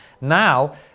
Now